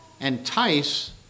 entice